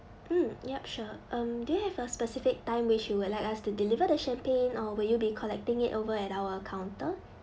mm yup sure um do you have a specific time which you would like us to deliver the champagne or will you be collecting it over at our counter